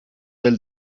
del